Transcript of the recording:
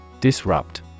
Disrupt